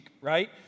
right